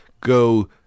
go